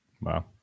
Wow